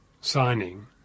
signing